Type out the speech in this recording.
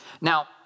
Now